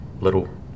little